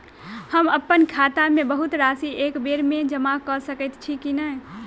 हम अप्पन खाता मे बहुत राशि एकबेर मे जमा कऽ सकैत छी की नै?